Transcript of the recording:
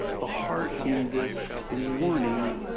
the heart in this warning